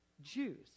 Jews